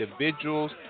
individuals